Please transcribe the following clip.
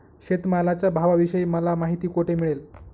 शेतमालाच्या भावाविषयी मला माहिती कोठे मिळेल?